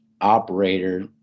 operator